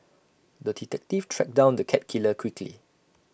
the detective tracked down the cat killer quickly